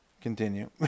continue